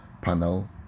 panel